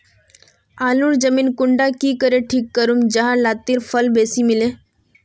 आलूर जमीन कुंडा की करे ठीक करूम जाहा लात्तिर फल बेसी मिले?